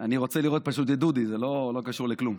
אני רוצה לראות פשוט את דודי, זה לא קשור לכלום.